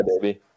baby